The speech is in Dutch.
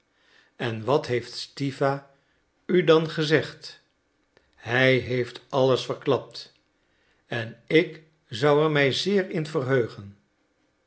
en wat heeft stiwa u dan gezegd hij heeft alles verklapt en ik zou er mij zeer in verheugen